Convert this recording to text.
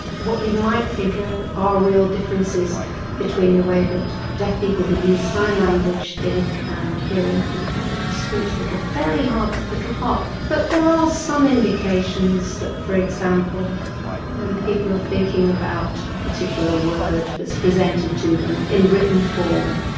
what you might think ah are real differences between the way that deaf people who use sign language think and hearing people who use speech think are ah very hard to pick apart. but there are some indications that for example when people are thinking about a particular word that's presented to them in written form.